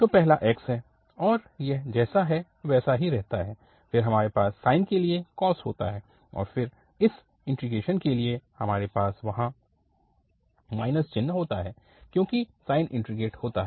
तो पहला x है और यह जैसा है वैसा ही रहता है फिर हमारे पास साइन के लिए कॉस होता है और फिर इस इन्टीग्रेशन के लिए हमारे पास वहाँ चिन्ह होता है क्योंकि साइन इन्टीग्रेट होता है